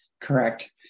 correct